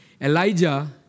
Elijah